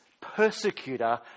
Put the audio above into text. persecutor